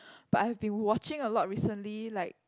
but I've been watching a lot recently like